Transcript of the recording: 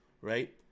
right